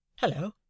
hello